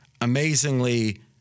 Amazingly